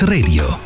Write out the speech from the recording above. Radio